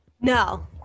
No